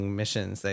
missions